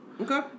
Okay